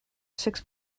six